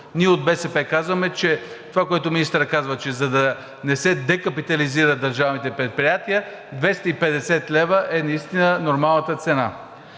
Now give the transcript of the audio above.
Ние от БСП казваме, че това, което министърът казва, че за да не се декапитализират държавните предприятия, 250 лв. е наистина нормалната цена.